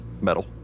metal